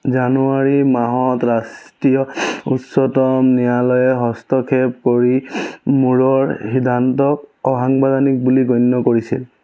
জানুৱাৰী মাহত ৰাষ্ট্ৰীয় উচ্চতম ন্যায়ালয়ে হস্তক্ষেপ কৰি মূৰৰ সিদ্ধান্তক অসাংবিধানিক বুলি গণ্য কৰিছিল